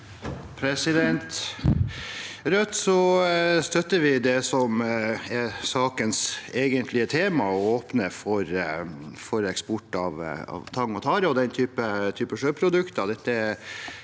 I Rødt støtter vi det som er sakens egentlige tema, å åpne for eksport av tang og tare og den type sjøprodukter,